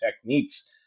techniques